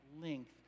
length